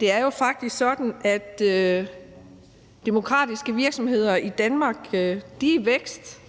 Det er faktisk sådan, at demokratiske virksomheder i Danmark er i vækst,